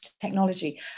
technology